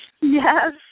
yes